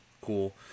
cool